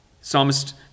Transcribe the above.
Psalmist